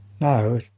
no